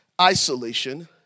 Isolation